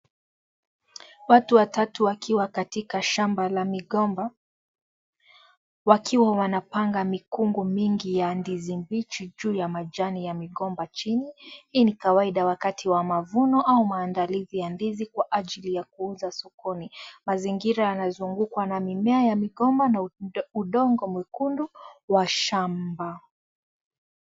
Watu watatu wakiwa katika shamba la migomba wakiwa wanapanga mikungu mingi ya ndizi mbichi juu ya majani ya migomba chini. Hii ni kawaida wakati wa mavuno au maandalizi ya ndizi kwa ajili ya kuuza sokoni mazingira yanazungukwa na mimea ya migomba na udongo mwekundu wa shamba.